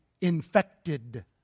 infected